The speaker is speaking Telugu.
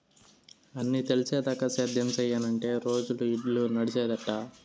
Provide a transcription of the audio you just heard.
అన్నీ తెలిసేదాకా సేద్యం సెయ్యనంటే రోజులు, ఇల్లు నడిసేదెట్టా